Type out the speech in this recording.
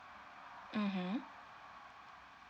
(uh huh)